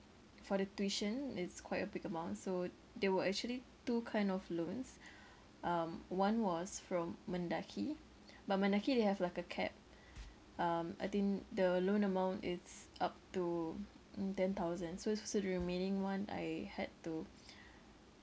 for the tuition it's quite a big amount so there were actually two kind of loans um one was from mendaki but mendaki they have like a cap um I think the loan amount it's up to mm ten thousand so so the remaining one I had to